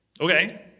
okay